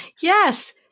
Yes